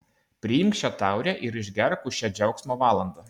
priimk šią taurę ir išgerk už šią džiaugsmo valandą